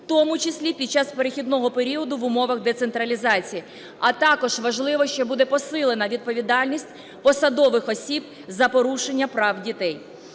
в тому числі під час перехідного періоду в умовах децентралізації. А також важливо, що буде посилено відповідальність посадових осіб за порушення прав дітей.